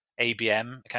ABM